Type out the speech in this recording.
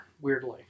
Weirdly